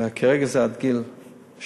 וכרגע זה עד גיל 12,